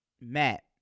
Matt